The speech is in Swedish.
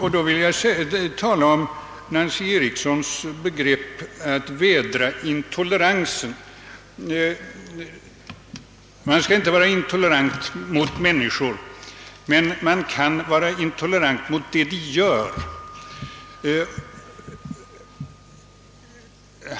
Jag vill då först ta upp Nancy Erikssons uttalande om att vädra intoleransen. Man skall inte vara intolerant mot människor, men man kan vara intolerant mot vad de gör.